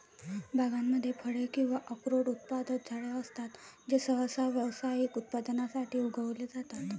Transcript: बागांमध्ये फळे किंवा अक्रोड उत्पादक झाडे असतात जे सहसा व्यावसायिक उत्पादनासाठी उगवले जातात